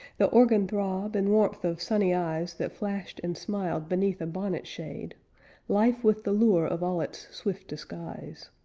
the organ throb, and warmth of sunny eyes that flashed and smiled beneath a bonnet shade life with the lure of all its swift disguise.